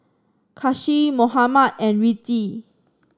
Kasih Muhammad and Rizqi